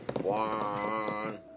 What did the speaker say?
one